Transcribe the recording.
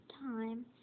time